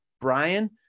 Brian